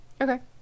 Okay